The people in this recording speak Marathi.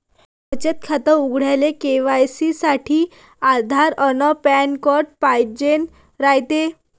बचत खातं उघडाले के.वाय.सी साठी आधार अन पॅन कार्ड पाइजेन रायते